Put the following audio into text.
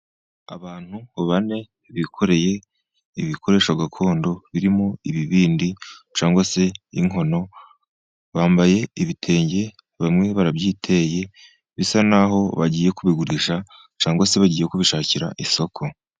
Abantu bane bikoreye ibikoresho gakondo, birimo ibibindi cyangwag se inkono, bambaye ibitenge bamwe barabyiteye bisa nahoho bagiye kubigurisha cyangwa se bagiye kubishakira isoko.